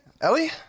Ellie